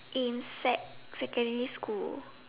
in sec~ secondary school